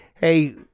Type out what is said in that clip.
hey